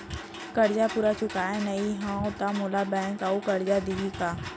करजा पूरा चुकोय नई हव त मोला बैंक अऊ करजा दिही का?